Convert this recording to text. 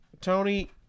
Tony